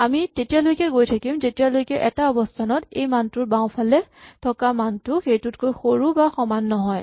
আমি তেতিয়ালৈকে গৈ থাকিম যেতিয়ালৈকে এটা অৱস্হানত সেই মানটোৰ বাওঁফালে থকা মানটো সেইটোতকৈ সৰু বা সমান নহয়